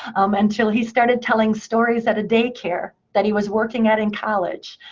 until he started telling stories at a daycare that he was working at in college.